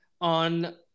on